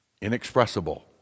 Inexpressible